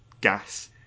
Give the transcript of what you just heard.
gas